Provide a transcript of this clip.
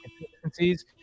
inconsistencies